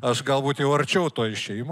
aš galbūt jau arčiau to išėjimo